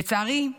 לצערי,